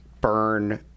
burn